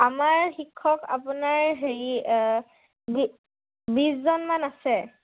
আমাৰ শিক্ষক আপোনাৰ হেৰি বিছজনমান আছে